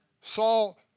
Saul